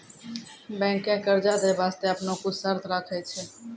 बैंकें कर्जा दै बास्ते आपनो कुछ शर्त राखै छै